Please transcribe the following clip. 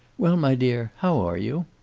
well, my dear, how are you?